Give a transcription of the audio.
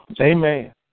Amen